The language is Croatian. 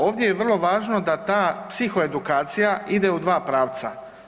Ovdje je vrlo važno da ta psiho edukacija ide u dva pravca.